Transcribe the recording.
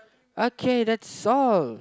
okay that's all